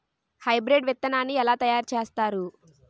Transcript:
Hybrid విత్తనాన్ని ఏలా తయారు చేస్తారు?